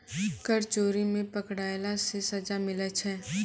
कर चोरी मे पकड़ैला से सजा मिलै छै